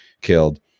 killed